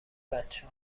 بچه